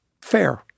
fair